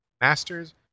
Masters